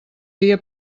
dia